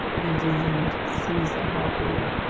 ned land seized a harpoon.